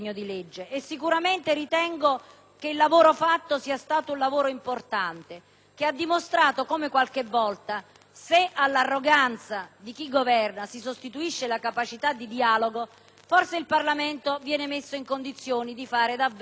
che il lavoro fatto sia stato importante, in quanto ha dimostrato come qualche volta, se all'arroganza di chi governa si sostituisce la capacità di dialogo, forse il Parlamento viene messo in condizioni di fare davvero un lavoro positivo.